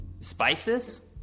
spices